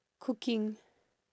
cooking